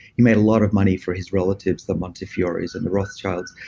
he made a lot of money for his relatives, the montefiore's and the rosguards.